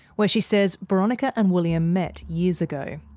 where she says boronika and william met years ago.